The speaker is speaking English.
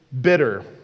bitter